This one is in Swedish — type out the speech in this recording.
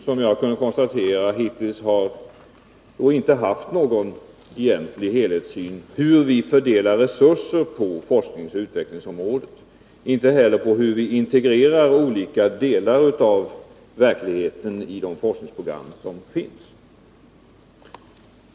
Som jag kunnat konstatera har vi hittills inte haft någon egentlig helhetssyn på hur vi fördelar resurser på forskningsoch utvecklingsområdet. Vi har inte heller haft någon helhetssyn på hur vi integrerar olika delar av verkligheten i de forskningsprogram som finns.